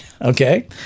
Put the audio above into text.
Okay